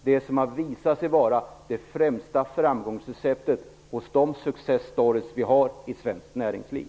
Det har visat sig vara det främsta framgångsreceptet hos de success stories som vi har i svenskt näringsliv.